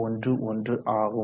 11 ஆகும்